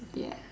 ya